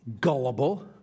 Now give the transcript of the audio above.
gullible